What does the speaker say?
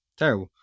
Terrible